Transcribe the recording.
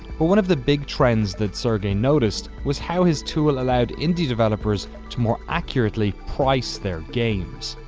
but one of the big trends that sergey noticed was how his tool allowed indie developers to more accurately price their games.